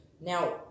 Now